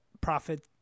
profit